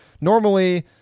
normally